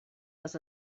les